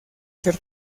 ser